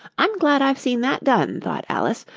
i'm glad i've seen that done thought alice.